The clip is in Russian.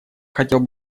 хотел